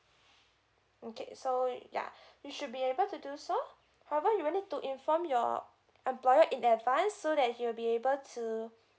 okay so yeah you should be able to do so however you will need to inform your employer in advance so that he will be able to